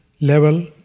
level